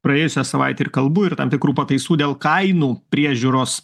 praėjusią savaitę ir kalbų ir tam tikrų pataisų dėl kainų priežiūros